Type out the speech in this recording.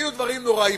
תגידו דברים נוראיים,